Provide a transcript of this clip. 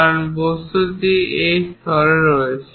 কারণ বস্তুটি এই স্তরে রয়েছে